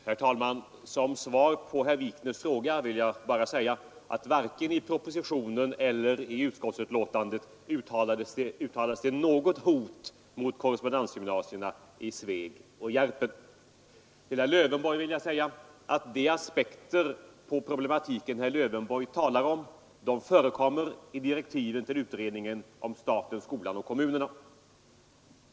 Herr talman! Som svar på herr Wikners fråga vill jag bara säga att varken i propositionen eller i utskottsbetänkandet uttalas det något hot mot korrespondensgymnasierna i Sveg och Järpen. De aspekter på problematiken som herr Lövenborg talar om förekommer i direktiven till utredningen om staten, skolan och kommunerna.